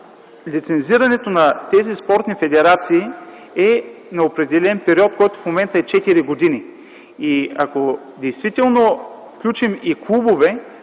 лицензирането на тези спортни федерации е на определен период, който в момента е 4 години. Ако действително включим и клубове,